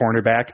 cornerback